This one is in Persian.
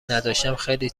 نداشتم، خیلی